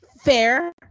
Fair